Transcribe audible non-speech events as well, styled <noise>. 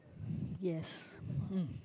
<breath> yes <breath>